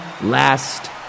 last